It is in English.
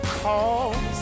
cause